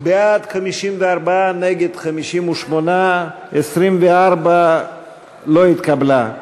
בעד, 54, נגד 58. הסתייגות 24 לא התקבלה.